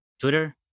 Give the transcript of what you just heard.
twitter